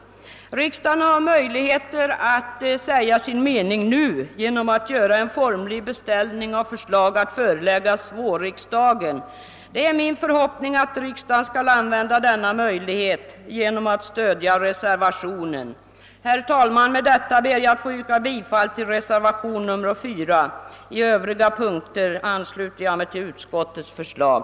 Riksdagen har möjligheter att säga sin mening nu genom att göra en formlig beställning av förslag att föreläggas vårriksdagen. Det är min förhoppning att riksdagen skall använda sig av denna möjlighet och stödja reservationen. Herr talman! Med detta ber jag att få yrka bifall till reservationen 4. I övriga punkter ansluter jag mig till utskottets förslag.